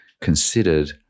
considered